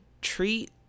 treat